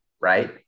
right